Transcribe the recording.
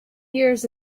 years